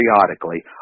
periodically